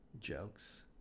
jokes